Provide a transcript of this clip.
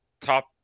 top